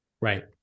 Right